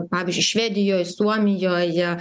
pavyzdžiui švedijoj suomijoje